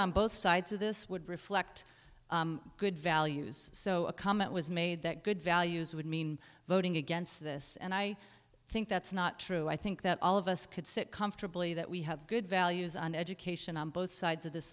on both sides of this would reflect good values so a comment was made that good values would mean voting against this and i think that's not true i think that all of us could sit comfortably that we have good values on education on both sides of th